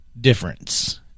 difference